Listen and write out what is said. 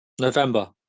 November